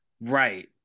Right